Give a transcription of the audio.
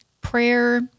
prayer